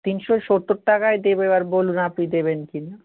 তিনশো সত্তর টাকাই দেবো এবার বলুন আপনি দেবেন কি না